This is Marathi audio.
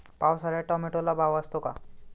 पावसाळ्यात टोमॅटोला भाव असतो का?